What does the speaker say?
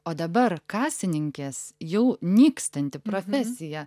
o dabar kasininkės jau nykstanti profesija